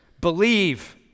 Believe